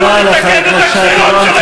תודה לחבר הכנסת שי פירון.